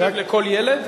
מחשב לכל ילד?